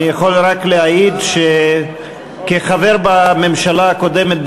אני יכול רק להעיד שכחבר בממשלה הקודמת,